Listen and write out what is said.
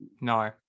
No